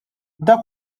dak